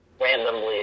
randomly